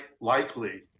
likely